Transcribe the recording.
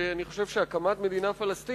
שאני חושב שהקמת מדינה פלסטינית,